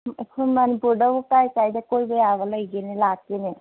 ꯑꯩꯈꯣꯏ ꯃꯅꯤꯄꯨꯔꯗꯕꯨ ꯑꯃꯨꯛ ꯀꯥꯏ ꯀꯥꯏꯗ ꯀꯣꯏꯕ ꯌꯥꯕ ꯂꯩꯒꯦꯅ ꯂꯥꯛꯀꯦꯅꯦ